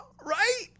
Right